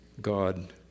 God